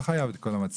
אני רק רוצה לחדד